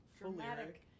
dramatic